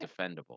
defendable